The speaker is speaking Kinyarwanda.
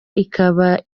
ikaba